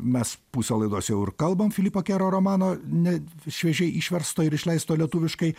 mes pusę laidos jau ir kalbam filipo kero romano ne šviežiai išversto ir išleisto lietuviškai